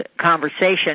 conversation